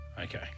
Okay